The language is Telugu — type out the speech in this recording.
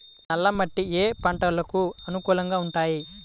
నల్ల మట్టి ఏ ఏ పంటలకు అనుకూలంగా ఉంటాయి?